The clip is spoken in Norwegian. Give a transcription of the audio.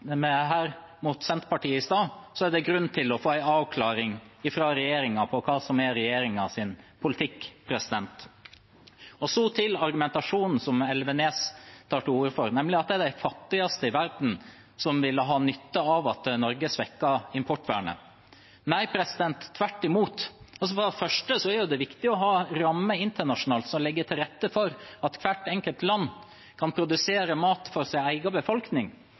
med mot Senterpartiet her i stad, er det grunn til å få en avklaring fra regjeringen av hva som er regjeringens politikk. Så til argumentasjonen som Elvenes tar til orde for, nemlig at det er de fattigste i verden som ville ha nytte av at Norge svekket importvernet. Nei, tvert imot. For det første er det viktig å ha rammer internasjonalt som legger til rette for at hvert enkelt land kan produsere mat for sin egen befolkning,